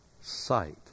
sight